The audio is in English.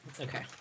Okay